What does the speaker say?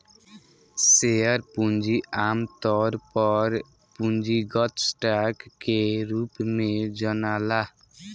share पूंजी आमतौर पर पूंजीगत स्टॉक के रूप में जनाला